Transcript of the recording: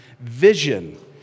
vision